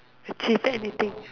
cheated anything